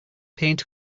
paint